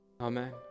amen